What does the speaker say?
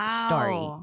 story